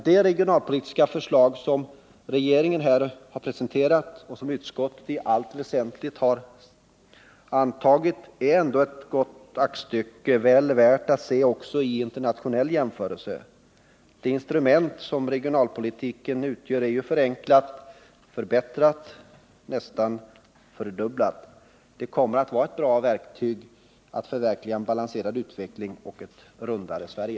Det regionalpolitiska förslag som regeringen här har presenterat och som utskottet i allt väsentligt har tillstyrkt är ändå ett gott aktstycke, väl värt att se också i internationell jämförelse. Det instrument som regionalpolitiken utgör är förenklat, förbättrat och nästan fördubblat. Det kommer att vara ett bra verktyg när det gäller att förverkliga en balanserad utveckling och ett rundare Sverige.